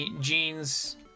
jeans